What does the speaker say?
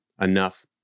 enough